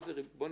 הבסיס.